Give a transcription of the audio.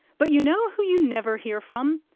but you know who you never hear from?